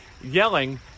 yelling